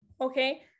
Okay